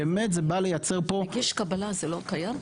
אם יש קבלה, זה לא קיים?